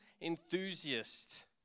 enthusiast